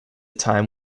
time